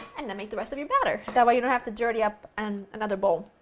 and then make the rest of your batter. that way you don't have to dirty up and another bowl.